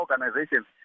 organizations